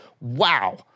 Wow